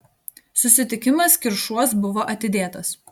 susitikimas kiršuos buvo atidėtas